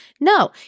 No